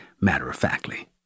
matter-of-factly